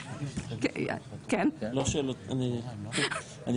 כן, בבקשה.